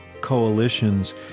coalitions